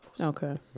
okay